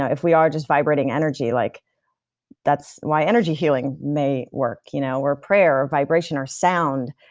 if we are just vibrating energy, like that's why energy healing may work, you know or prayer, or vibration, or sound.